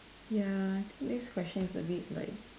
ya I think this question is a bit like